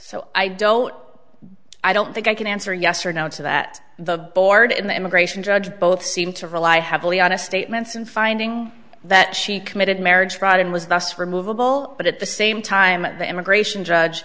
so i don't i don't think i can answer yes or no to that the board and the immigration judge both seem to rely heavily on i statements and finding that she committed marriage fraud and was thus removable but at the same time at the immigration judge